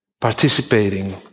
participating